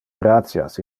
gratias